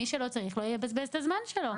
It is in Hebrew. מי שלא צריך, לא יבזבז את הזמן שלו).